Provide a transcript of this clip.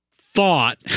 thought